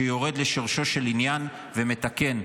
שיורד לשורשו של עניין, ומתקן.